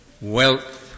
Wealth